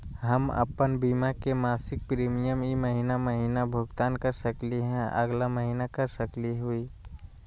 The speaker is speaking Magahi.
हम अप्पन बीमा के मासिक प्रीमियम ई महीना महिना भुगतान कर सकली हे, अगला महीना कर सकली हई?